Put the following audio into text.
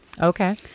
Okay